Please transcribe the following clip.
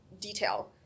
detail